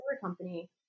company